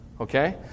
Okay